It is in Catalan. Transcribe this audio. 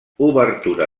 obertura